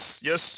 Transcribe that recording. yes